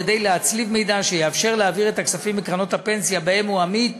כדי להצליב מידע שיאפשר להעביר את הכספים מקרנות הפנסיה שבהן הוא עמית